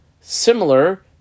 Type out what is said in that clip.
Similar